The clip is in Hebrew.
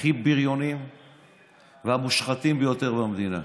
הכי בריונים והמושחתים ביותר במדינה.